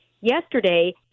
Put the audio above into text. yesterday